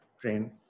train